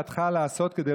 והצ'רקסית.